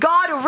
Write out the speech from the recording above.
God